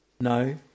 No